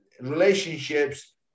relationships